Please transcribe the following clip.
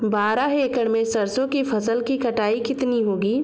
बारह एकड़ में सरसों की फसल की कटाई कितनी होगी?